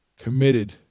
committed